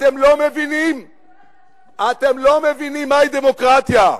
אתם לא מבינים מהי דמוקרטיה.